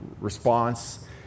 response